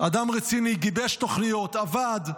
חמישה חודשים, אדם רציני, גיבש תוכניות, עבד,